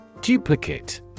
Duplicate